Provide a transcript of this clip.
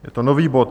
Je to nový bod.